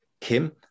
Kim